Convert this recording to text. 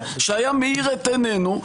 שהיה מאיר את עינינו,